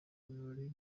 birori